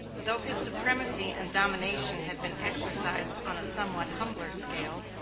though his supremacy and domination had been exercised on a somewhat humbler scale,